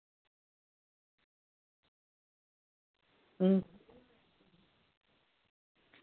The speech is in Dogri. अं